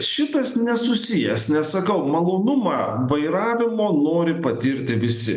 šitas nesusijęs nes sakau malonumą vairavimo nori patirti visi